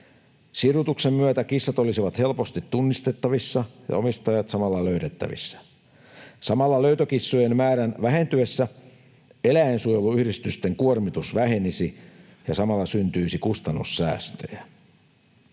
Sirutuksen myötä kissat olisivat helposti tunnistettavissa ja omistajat samalla löydettävissä. Samalla löytökissojen määrän vähentyessä eläinsuojeluyhdistysten kuormitus vähenisi ja samalla syntyisi kustannussäästöjä.